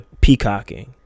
Peacocking